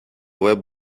web